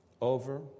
Over